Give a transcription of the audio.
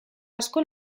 asko